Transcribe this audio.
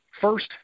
first